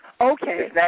Okay